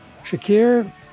shakir